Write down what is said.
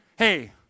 Hey